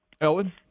Ellen